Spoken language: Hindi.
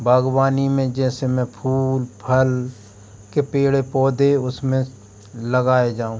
बाग़बानी में जैसे मैं फूल फल के पेड़ पौधे उसमें लगाए जाऊँ